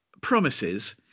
promises